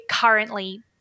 currently